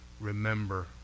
remember